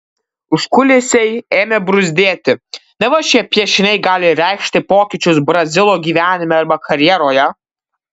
užkulisiai ėmė bruzdėti neva šie piešiniai gali reikšti pokyčius brazilo gyvenime arba karjeroje